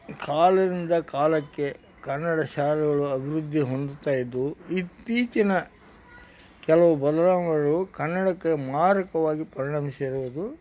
ಕಾಲದಿಂದ ಕಾಲಕ್ಕೆ ಕನ್ನಡ ಶಾಲೆಗಳು ಅಭಿವೃದ್ಧಿ ಹೊಂದುತಾ ಇದ್ದವು ಇತ್ತೀಚಿನ ಕೆಲವು ಬದಲಾವಣೆಗಳು ಕನ್ನಡಕ್ಕೆ ಮಾರಕವಾಗಿ ಪರಿಣಮಿಸಿರುವುದು